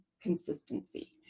consistency